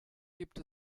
gibt